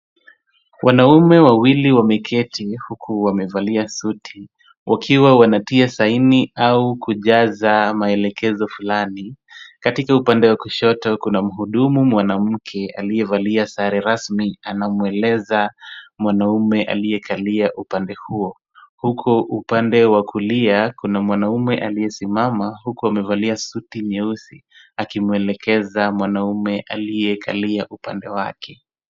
Wanaume wawili wameketi huku wamevalia suti, wakiwa wanatia saini au kujaza maelekezo fulani. Katika upande wa kushoto, kuna mhudumu mwanamke aliyevalia sare rasmi. Anamweleza mwanaume aliyekalia upande huo, huku upande wa kulia kuna mwanaume aliyesimama huku amevalia suti nyeusi akimwelekeza mwanaume aliyekalia upande wake.